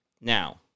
Now